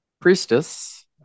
Priestess